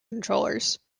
controllers